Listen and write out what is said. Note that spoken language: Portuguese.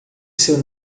seu